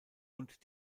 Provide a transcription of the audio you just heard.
und